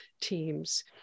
teams